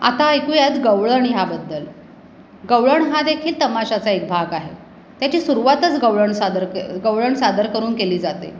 आता ऐकूयात गवळण ह्याबद्दल गवळण हा देखील तमाशाचा एक भाग आहे त्याची सुरुवातच गवळण सादर क गवळण सादर करून केली जाते